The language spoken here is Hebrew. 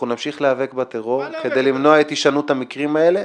נמשיך להיאבק בטרור כדי למנוע את הישנות המקרים האלה,